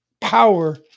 power